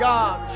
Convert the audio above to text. God